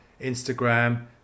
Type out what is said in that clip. Instagram